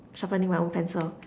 sharpening my own pencil